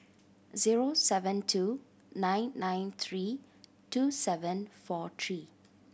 zero seven two nine nine three two seven four three